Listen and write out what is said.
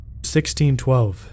1612